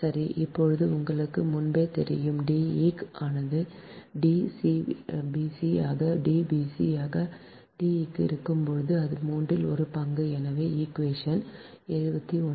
சரி இப்போது உங்களுக்கு முன்பே தெரியும் D eq ஆனது D bc ஆக D bc ஆக D க்கு இருக்கும் அது மூன்றில் ஒரு பங்கு எனவே ஈக்குவேஷன் 71